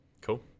Cool